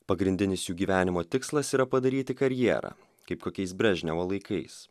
pagrindinis jų gyvenimo tikslas yra padaryti karjerą kaip kokiais brežnevo laikais